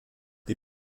die